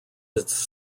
its